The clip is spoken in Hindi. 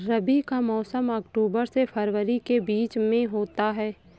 रबी का मौसम अक्टूबर से फरवरी के बीच में होता है